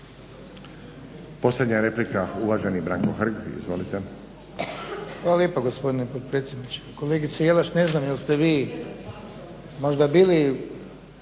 Posljednja replika uvaženi Branko Hrg. Izvolite. **Hrg, Branko (HSS)** Hvala lijepo gospodine potpredsjedniče. Kolegice Jelaš ne znam jest vi možda bili